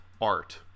art